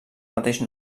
mateix